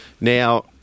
Now